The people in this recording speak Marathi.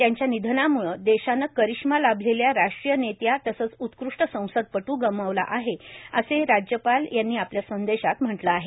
त्यांच्या निधंनामुळे देशाने करिश्मा लाभलेल्या राष्ट्रीय नेत्या तसेच उत्कृष्ट संसदपटू गमावला आहे असे राज्यपाल यांनी आपल्या संदेशात म्हटले आहे